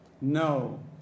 No